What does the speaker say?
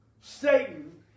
Satan